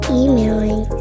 emailing